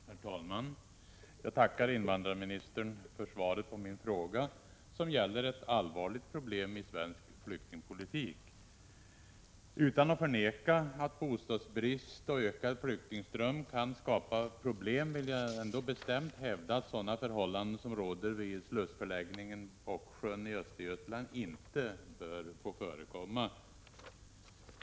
Herr talman! Jag tackar invandrarministern för svaret på min fråga, som gäller ett allvarligt problem i svensk flyktingpolitik. Utan att förneka att bostadsbrist och ökad flyktingström kan skapa problem vill jag bestämt hävda att sådana förhållanden som råder vid slussförläggningen Bocksjön i Östergötland inte bör få förekomma.